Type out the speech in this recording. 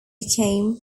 became